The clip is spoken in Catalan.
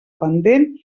pendent